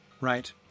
right